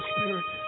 Spirit